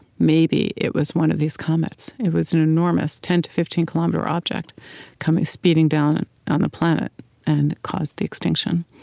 maybe it was one of these comets. it was an enormous, ten to fifteen kilometer object coming speeding down on the planet and caused the extinction.